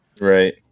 Right